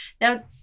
Now